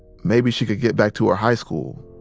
maybe she could get back to her high school,